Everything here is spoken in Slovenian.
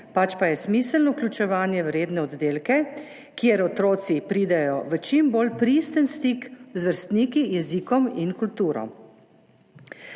pač pa je smiselno vključevanje v redne oddelke, kjer otroci pridejo v čim bolj pristen stik z vrstniki, jezikom in kulturo.